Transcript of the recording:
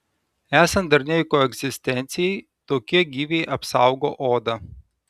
esant darniai koegzistencijai tokie gyviai apsaugo odą